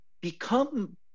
become